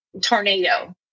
tornado